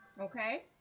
Okay